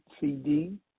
CD